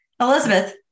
Elizabeth